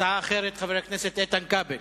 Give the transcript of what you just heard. הצעה אחרת, חבר הכנסת איתן כבל.